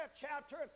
chapter